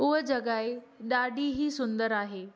उहा जॻहि ई ॾाढी ई सुंदरु आहे